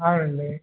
అవును అండి